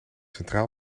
centraal